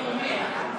לאומיה.